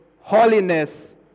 holiness